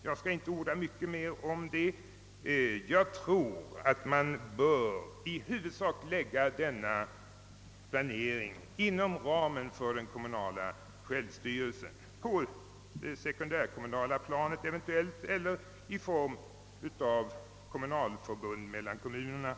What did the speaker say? Jag skall inte nu orda mycket härom; jag har den uppfattningen att man i huvudsak bör lägga denna planering inom ramen för den kommunala självstyrelsen, endera på det sekundärkommunala planet eller i något kommunalförbund mellan kommunerna.